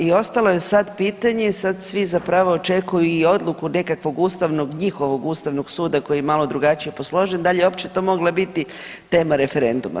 I ostalo je sad pitanje, sad svi zapravo očekuju i odluku nekakvog ustavnog, njihovog ustavnog suda koji je malo drugačije posložen, da li je uopće to mogla biti tema referenduma.